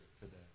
today